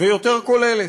ויותר כוללת.